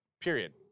period